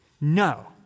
No